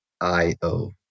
I-O